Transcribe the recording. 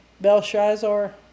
Belshazzar